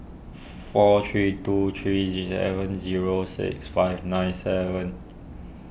four three two three seven zero six five nine seven